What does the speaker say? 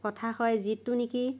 প্ৰথা হয় যিটো নেকি